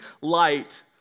light